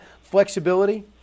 flexibility